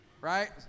right